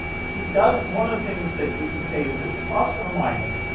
he does. one of the things that you could say is, a plus or a minus,